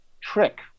trick